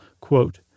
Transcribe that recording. quote